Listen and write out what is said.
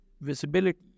visibility